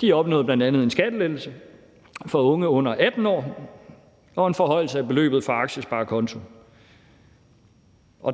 de opnåede bl.a. en skattelettelse for unge under 18 år og en forhøjelse af beløbet for aktiesparekonto.